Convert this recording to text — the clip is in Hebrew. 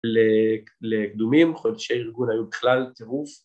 ‫לקדומים, חודשי ארגון היו בכלל טירוף.